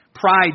Pride